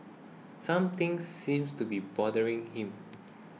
something seems to be bothering him